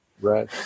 Right